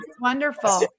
wonderful